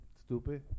Stupid